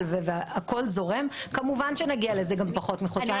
והכול זורם כמובן שנגיע לזה בפחות מחודשיים.